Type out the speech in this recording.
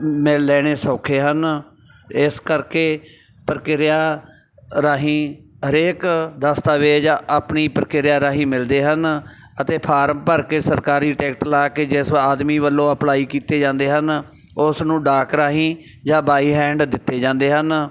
ਮਿਲ ਲੈਣੇ ਸੌਖੇ ਹਨ ਇਸ ਕਰਕੇ ਪ੍ਰਕਿਰਿਆ ਰਾਹੀਂ ਹਰੇਕ ਦਸਤਾਵੇਜ਼ ਆਪਣੀ ਪ੍ਰਕਿਰਿਆ ਰਾਹੀਂ ਮਿਲਦੇ ਹਨ ਅਤੇ ਫਾਰਮ ਭਰ ਕੇ ਸਰਕਾਰੀ ਟਿਕਟ ਲਾ ਕੇ ਜਿਸ ਆਦਮੀ ਵੱਲੋਂ ਅਪਲਾਈ ਕੀਤੇ ਜਾਂਦੇ ਹਨ ਉਸ ਨੂੰ ਡਾਕ ਰਾਹੀਂ ਜਾਂ ਬਾਈ ਹੈਂਡ ਦਿੱਤੇ ਜਾਂਦੇ ਹਨ